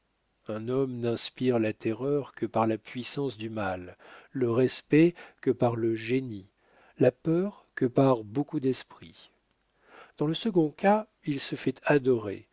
un homme n'inspire la terreur que par la puissance du mal le respect que par le génie la peur que par beaucoup d'esprit dans le second cas il se fait adorer